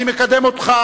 אני מקדם אותך,